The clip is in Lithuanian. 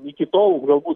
iki tol galbūt